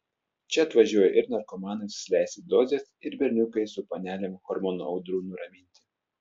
čia atvažiuoja ir narkomanai susileisti dozės ir berniukai su panelėm hormonų audrų nuraminti